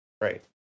right